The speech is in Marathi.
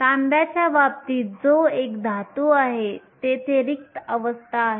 तांब्याच्या बाबतीत जो एक धातू आहे तेथे रिक्त अवस्था आहेत